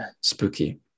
spooky